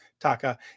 Taka